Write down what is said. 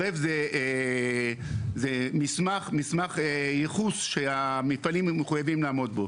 BREF זה מסמך ייחוס שהמפעלים מחויבים לעמוד בו,